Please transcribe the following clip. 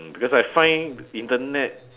because I find Internet